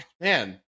Man